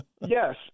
Yes